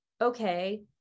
Okay